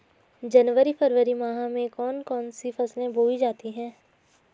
जनवरी फरवरी माह में कौन कौन सी फसलें बोई जाती हैं?